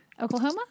Oklahoma